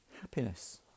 happiness